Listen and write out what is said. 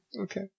Okay